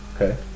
okay